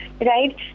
Right